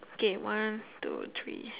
okay one two three